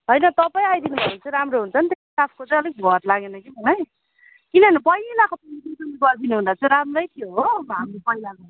होइन तपाईँ आइदिनु भयो भने चाहिँ राम्रो हुन्छ नि त स्टाफको चाहिँ अलिक भर लागेन कि मलाई किनभने पहिलाको पालि चाहिँ तपाईँले गरिदिनु हुँदा चाहिँ राम्रै थियो हो हामी पहिलाको